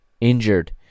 injured